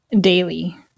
daily